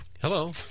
Hello